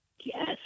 Yes